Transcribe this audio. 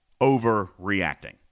overreacting